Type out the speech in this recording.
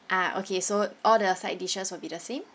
ah okay so all the side dishes will be the same